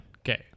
Okay